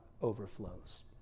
overflows